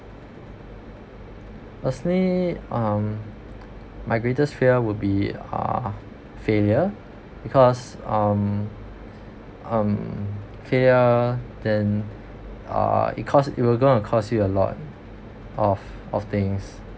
personally um my greatest fear would be uh failure because um um fear then uh it cost it will gonna cost you a lot of of things